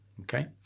Okay